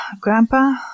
Grandpa